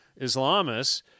Islamists